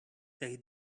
they